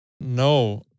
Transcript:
No